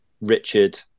Richard